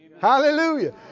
Hallelujah